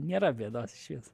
nėra bėdos išvis